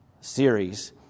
series